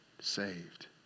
saved